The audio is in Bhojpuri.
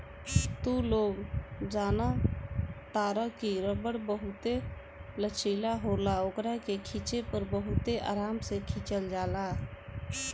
तू लोग जनतार की रबड़ बहुते लचीला होला ओकरा के खिचे पर बहुते आराम से खींचा जाला